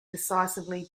decisively